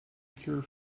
cure